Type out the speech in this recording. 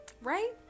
Right